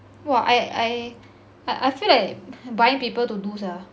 while I I I I feel like buying paper to do sia